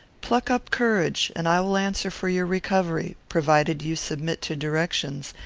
pluck up courage, and i will answer for your recovery, provided you submit to directions,